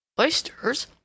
Oysters